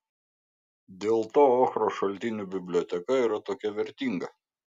dėl to ochros šaltinių biblioteka yra tokia vertinga